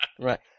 Right